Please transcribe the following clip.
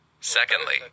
Secondly